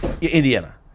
Indiana